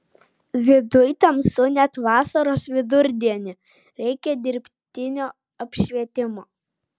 viduj tamsu net vasaros vidurdienį reikia dirbtino apšvietimo